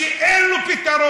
של מי שאין לו פתרון,